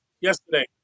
yesterday